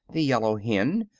the yellow hen,